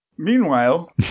Meanwhile